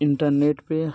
internet पर